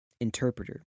interpreter